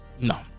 no